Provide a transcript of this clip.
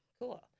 Cool